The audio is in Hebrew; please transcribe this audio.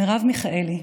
מרב מיכאלי,